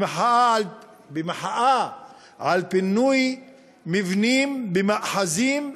במחאה על פינוי מבנים במאחזים,